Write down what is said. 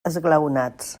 esglaonats